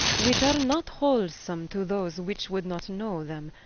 which are not wholsome to those which would not know them,